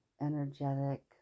energetic